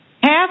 Half